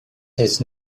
has